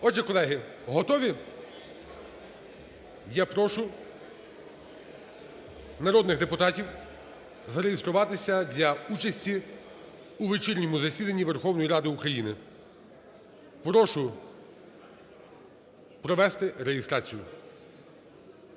Отже, колеги, готові? Я прошу народних депутатів зареєструватися для участі у вечірньому засіданні Верховної Ради України. Прошу провести реєстрацію.